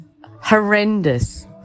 horrendous